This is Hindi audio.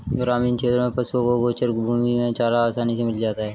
ग्रामीण क्षेत्रों में पशुओं को गोचर भूमि में चारा आसानी से मिल जाता है